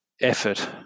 effort